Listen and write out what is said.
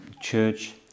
Church